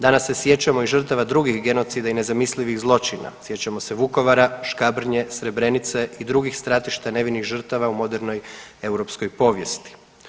Danas se sjećamo i žrtava drugih genocida i nezamislivih zločina, sjećamo se Vukovara, Škabrnje, Srebrenice i drugih stratišta nevinih žrtava u modernoj europskoj povijesti.